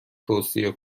توصیه